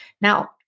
Now